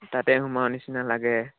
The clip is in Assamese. তাতে সোমাওঁ নিচিনা লাগে